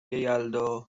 یلدا